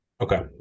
Okay